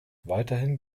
weiterhin